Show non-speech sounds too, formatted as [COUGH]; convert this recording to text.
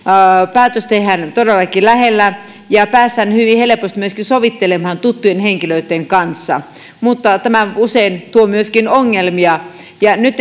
päätös tehdään todellakin lähellä ja päästään hyvin helposti myöskin sovittelemaan tuttujen henkilöitten kanssa mutta tämä usein tuo myöskin ongelmia nyt [UNINTELLIGIBLE]